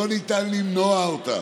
לא ניתן למנוע אותם.